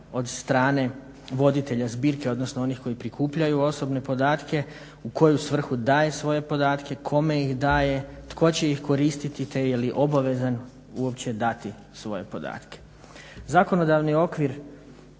od strane voditelja zbirke, odnosno onih koji prikupljaju osobne podatke u koju svrhu daje svoje podatke, kome ih daje, tko će ih koristiti te je li obavezan uopće dati svoje podatke. Zakonodavni okvir